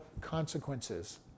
consequences